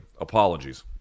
Apologies